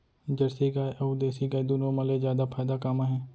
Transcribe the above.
Jersey गाय अऊ देसी गाय दूनो मा ले जादा फायदा का मा हे?